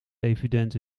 evident